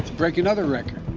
break another record,